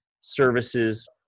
services